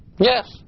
Yes